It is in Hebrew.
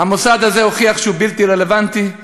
המוסד הזה הוכיח שהוא בלתי רלוונטי,